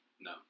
No